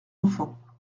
enfants